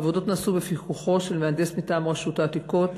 העבודות נעשו בפיקוחו של מהנדס מטעם רשות העתיקות,